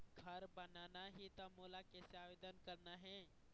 घर बनाना ही त मोला कैसे आवेदन करना हे?